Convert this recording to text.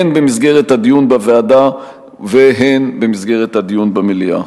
הן במסגרת הדיון בוועדה והן במסגרת הדיון במליאה.